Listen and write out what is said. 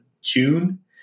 June